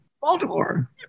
Baltimore